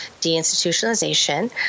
deinstitutionalization